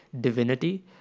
divinity